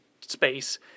space